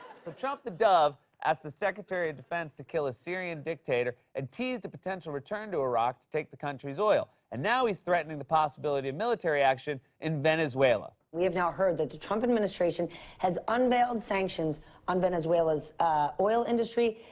so, trump the dove asked the secretary of defense to kill a syrian dictator and teased a potential return to iraq to take the country's oil. and now he's threatening the possibility of military action in venezuela. we have now heard that the trump administration has unveiled sanctions on venezuela's oil industry,